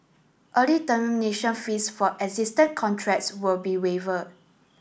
early termination fees for existed contracts will be waiver